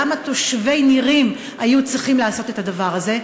למה תושבי נירים היו צריכים לעשות את הדבר הזה?